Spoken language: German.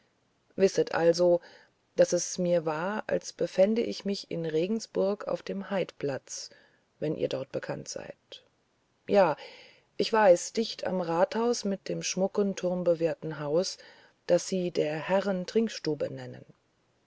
wisset also daß es mir war als befände ich mich in regensburg auf dem haidplatz wenn ihr dort bekannt seid ja ich weiß dicht am rathaus mit dem schmucken turmbewehrten haus das sie der herren trinkstube nennen